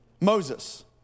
Moses